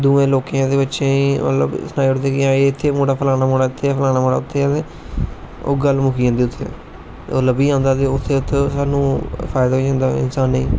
दुऐ इलाके दे बच्चे गी सनाई ओड़दे कि एह् एह् इत्थै फलाना मुड़ा इत्थै फलाना मुडा इत्थै ओह् गल्ल मुक्की जंदी उत्थै ओह् लब्भी जंदा ते उत्थे उत्थे स्हानू फायदा होई जंदा इंसाने गी